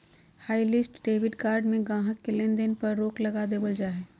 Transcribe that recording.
hotlist debit card में गाहक़ के लेन देन पर रोक लगा देबल जा हय